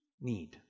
need